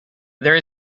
there